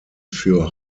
für